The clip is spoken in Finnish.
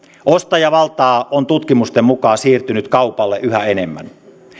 ostajavaltaa on tutkimusten mukaan siirtynyt kaupalle yhä enemmän